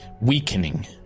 weakening